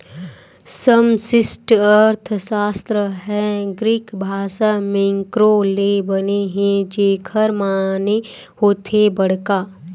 समस्टि अर्थसास्त्र ह ग्रीक भासा मेंक्रो ले बने हे जेखर माने होथे बड़का